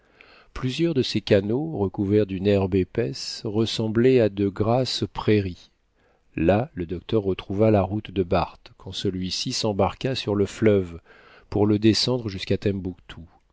plusieurs de ces canaux recouverts d'une herbe épaisse ressemblaient à de grasses prairies là le docteur retrouva la route de barth quand celui-ci s'embarqua sur le fleuve pour le descendre jusquà